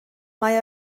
mae